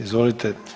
Izvolite.